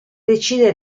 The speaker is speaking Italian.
decide